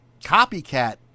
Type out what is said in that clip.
copycat